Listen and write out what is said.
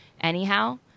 anyhow